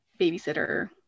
babysitter